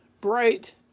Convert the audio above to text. bright